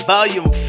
Volume